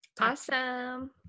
Awesome